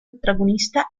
protagonista